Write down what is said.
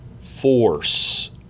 force